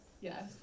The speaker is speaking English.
Yes